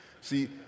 See